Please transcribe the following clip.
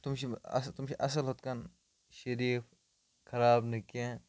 تم چھِ اَصل تم چھِ اَصٕل ہُتھ کٔنۍ شریٖف خراب نہٕ کینٛہہ